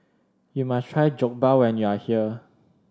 you must try Jokbal when you are here